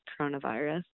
coronavirus